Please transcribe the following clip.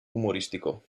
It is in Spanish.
humorístico